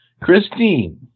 Christine